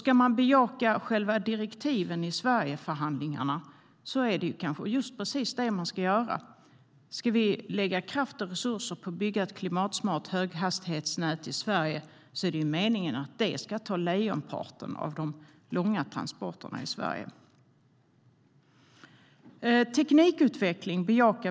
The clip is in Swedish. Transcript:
Ska man bejaka direktiven i Sverigeförhandlingarna är det kanske just precis det som vi ska göra. Ska vi lägga kraft och resurser på att bygga ett klimatsmart höghastighetsnät i Sverige är det meningen att det ska ta hand om lejonparten av de långa transporterna i Sverige.